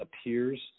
appears –